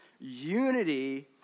Unity